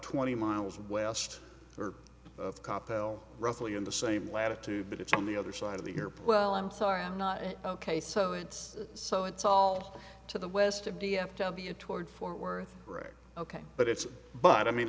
twenty miles west of cop l roughly in the same latitude but it's on the other side of the here well i'm sorry i'm not ok so it's so it's all to the west of d f w toward fort worth right ok but it's but i mean